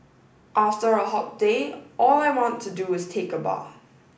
after a hot day all I want to do is take a bath